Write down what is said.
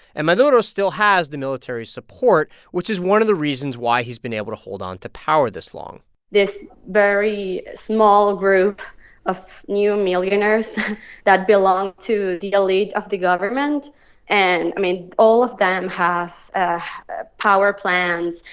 and maduro still has the military support, which is one of the reasons why he's been able to hold on to power this long this very small group of new millionaires that belong to the elite of the government and i mean, all of them have ah have ah power plants.